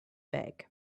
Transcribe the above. bag